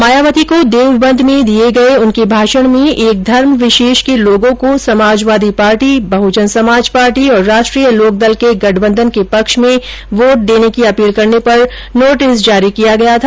मायावती को देवबंद में दिए गए उनके भाषण में एक धर्मविशेष के लोगों को समाजवादी पार्टी बहजन समाज पार्टी और राष्ट्रीय लोकदल के गठबंधन के पक्ष में वोट देने की अपील करने पर नॉटिस जारी किया गया था